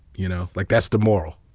you know like, that's the moral.